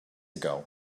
ago